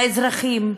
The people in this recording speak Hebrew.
האזרחים,